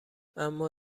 اما